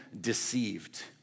deceived